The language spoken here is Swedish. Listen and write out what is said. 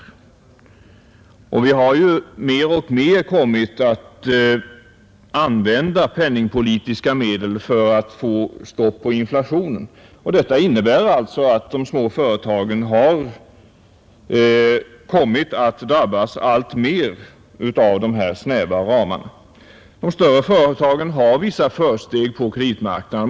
Vi har 131 ju mer och mer kommit att använda penningpolitiska medel för att få stopp på inflationen. Det innebär alltså att de små företagen efter hand har drabbats alltmer av dessa snäva ramar. De större företagen har vissa försteg på kreditmarknaden.